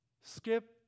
skip